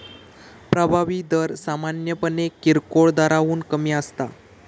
प्रभावी दर सामान्यपणे किरकोळ दराहून कमी असता